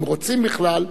אם רוצים בכלל,